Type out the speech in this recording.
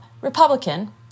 Republican